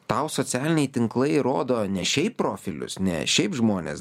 tau socialiniai tinklai rodo ne šiaip profilius ne šiaip žmones